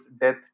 death